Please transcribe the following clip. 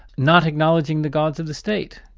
not acknowledging the gods of the state?